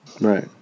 right